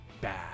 Bad